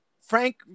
Frank